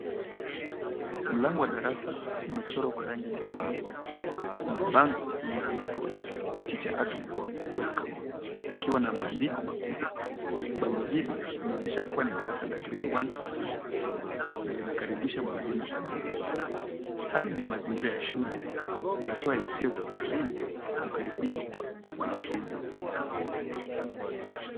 Mlango wa darasa umechorwa kwa rangi nyekundu. Kuna bango lililo andikwa Teacher Agnes Welcome ikiwa na maandiko makubwa. Bango hili linaonyesha kuwa ni darasa la grade 1c na linakaribisha mwalimu Agnes. Hali ni ya mazingira ya shule inatoa hisia za ukarimu na ukaribisho kwa wanafunzi.